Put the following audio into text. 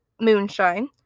moonshine